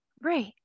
Right